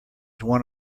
one